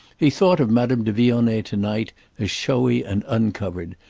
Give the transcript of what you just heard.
he thought of madame de vionnet to-night as showy and uncovered,